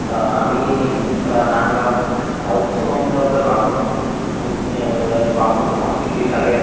আমি নাম গাওঁ আৰু কিছুমান ধৰক বামুণ বামুণ সংস্কৃতি থাকে